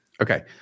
okay